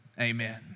amen